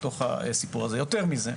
יותר מזה,